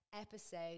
episode